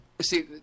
See